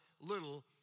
little